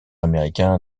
américain